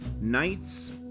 knights